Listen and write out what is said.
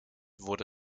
wurde